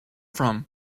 from